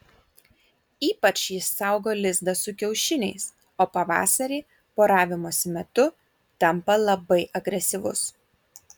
ypač jis saugo lizdą su kiaušiniais o pavasarį poravimosi metu tampa labai agresyvus